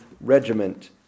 regiment